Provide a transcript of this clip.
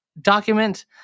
document